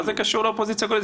מה זה קשור לאופוזיציה-קואליציה?